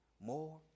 more